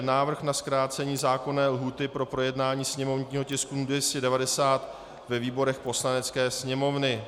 Návrh na zkrácení zákonné lhůty pro projednání sněmovního tisku 290 ve výborech Poslanecké sněmovny